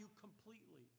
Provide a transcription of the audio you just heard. completely